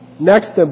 Next